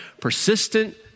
persistent